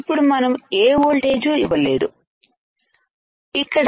ఇప్పుడు మనం ఏ వోల్టేజ్ ఇవ్వలేదు ఇక్కడ